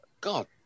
God